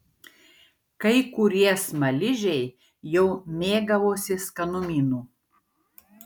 kai kurie smaližiai jau mėgavosi skanumynu